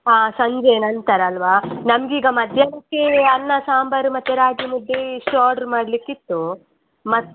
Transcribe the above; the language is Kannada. ಹಾಂ ಸಂಜೆ ನಂತರ ಅಲ್ಲವಾ ನಮಗೀಗ ಮಧ್ಯಾಹ್ನಕ್ಕೆ ಅನ್ನ ಸಾಂಬಾರು ಮತ್ತು ರಾಗಿ ಮುದ್ದೆ ಇಷ್ಟು ಆರ್ಡ್ರ್ ಮಾಡ್ಲಿಕ್ಕೆ ಇತ್ತು ಮತ್ತು